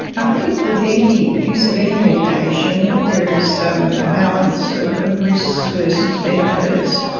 i think with any use of any medication there is um a balance of of risk versus benefits.